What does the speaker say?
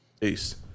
Peace